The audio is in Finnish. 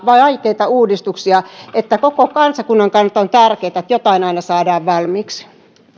vaikeita uudistuksia että koko kansakunnan kannalta on tärkeätä että jotain aina saadaan valmiiksi